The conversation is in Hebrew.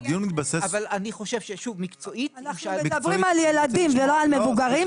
אבל אני חושב שמקצועית --- אנחנו מדברים על ילדים ולא על מבוגרים,